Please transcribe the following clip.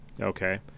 okay